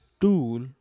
tool